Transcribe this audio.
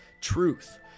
truth